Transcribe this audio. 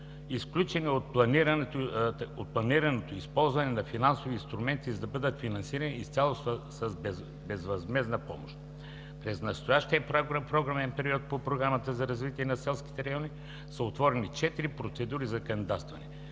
изключени от планираното използване на финансови инструменти и да бъдат финансирани изцяло с безвъзмездна помощ. През настоящия програмен период по Програмата за развитие на селските райони са отворени четири процедури за кандидатстване,